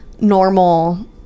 normal